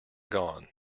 gone